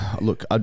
Look